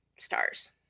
stars